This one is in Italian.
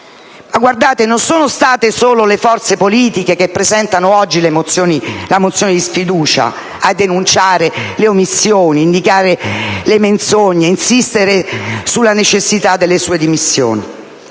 non sono state soltanto le forze politiche che oggi presentano la mozione di sfiducia a denunciare le omissioni, ad indicare le menzogne e ad insistere sulla necessità delle dimissioni